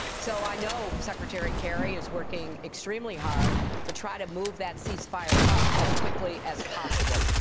so i know secretary kerry is working extremely hard to try to move that cease-fire up as quickly as possible.